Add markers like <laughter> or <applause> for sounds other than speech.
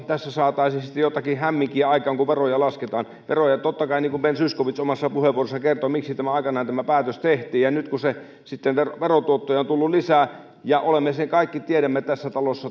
tässä saataisiin sitten jotakin hämminkiä aikaan kun veroja lasketaan ben zyskowicz omassa puheenvuorossa kertoi miksi tämä päätös aikanaan tehtiin nyt sitten verotuottoja on tullut lisää ja kaikki sen tiedämme tässä talossa <unintelligible>